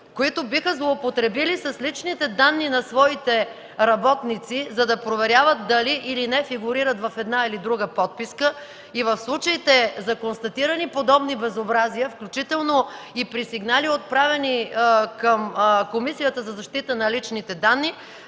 които биха злоупотребили с личните данни на своите работници, за да проверяват дали фигурират, или не, в една или друга подписка, и в случаите на констатирани подобни безобразия, включително и при сигнали, отправени към Комисията за защита на личните данни,